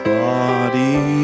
body